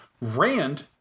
Rand